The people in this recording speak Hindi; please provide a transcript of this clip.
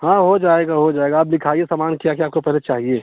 हाँ हो जाएगा हो जाएगा आप लिखाइए सामान क्या क्या आपको पहले चाहिए